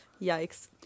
yikes